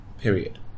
period